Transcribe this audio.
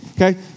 okay